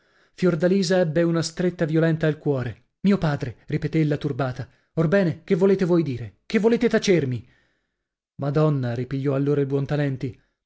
fiordalisa ebbe una stretta violenta al cuore mio padre ripetè ella turbata orbene che volete voi dire che volete tacermi madonna ripigliò allora il